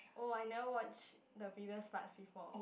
oh I never watch the previous parts before